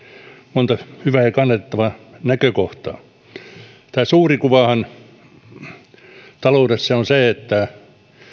monta hyvää ja kannatettavaa näkökohtaa tämä suuri kuvahan taloudessa on se että